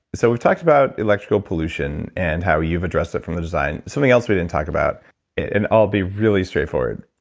so we talked about electrical pollution and how you've addressed it from the design. something else we didn't talk about and i'll be really straightforward,